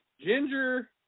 Ginger